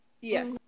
Yes